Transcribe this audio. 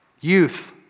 Youth